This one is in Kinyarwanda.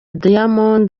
diamond